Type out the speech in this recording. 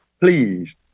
Please